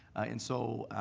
and so,